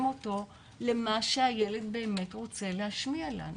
אותו למה שהילד באמת רוצה להשמיע לנו.